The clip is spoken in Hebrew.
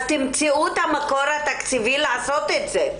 אז תמצאו את המקור התקציבי לעשות את זה.